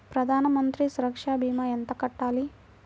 ప్రధాన మంత్రి సురక్ష భీమా ఎంత కట్టాలి?